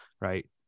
right